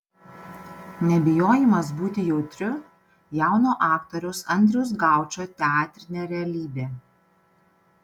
nebijojimas būti jautriu jauno aktoriaus andriaus gaučo teatrinė realybė